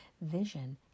vision